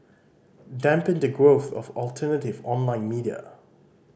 dampen the growth of alternative online media